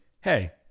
hey